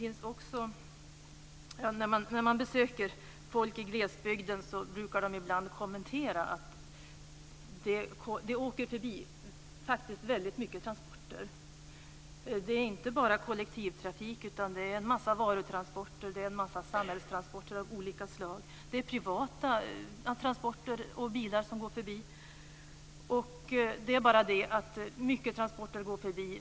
När man besöker människor i glesbygden brukar de ibland göra den kommentaren att det är väldigt många transporter som passerar förbi. Det gäller inte bara kollektivtrafik utan också varutransporter och samhälleliga transporter av olika slag. Det passerar förbi bilar och transportfordon, men det är få av dem som man man åka med i.